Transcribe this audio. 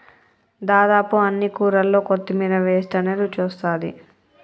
దాదాపు అన్ని కూరల్లో కొత్తిమీర వేస్టనే రుచొస్తాది